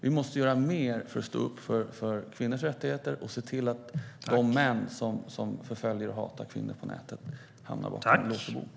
Vi måste göra mer för att stå upp för kvinnors rättigheter och se till att de män som förföljer och hatar kvinnor på nätet hamnar bakom lås och bom.